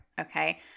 Okay